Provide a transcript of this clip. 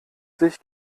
sich